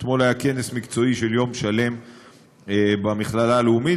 אתמול היה כנס מקצועי של יום שלם במכללה הלאומית,